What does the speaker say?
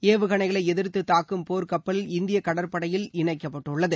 ஏவுகணைகளை எதிர்த்து தாக்கும் போர்க்கப்பல் இந்தியக் கடற்படையில் இணைக்கப்பட்டுள்ளது